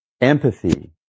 Empathy